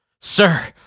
Sir